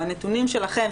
והנתונים שלכם,